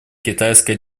китайская